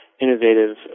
innovative